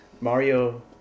Mario